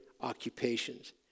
occupations